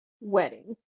wedding